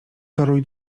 toruj